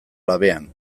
labean